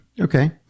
okay